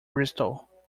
bristol